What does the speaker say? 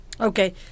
Okay